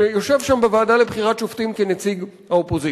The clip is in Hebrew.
שיושב שם בוועדה לבחירת שופטים כנציג האופוזיציה.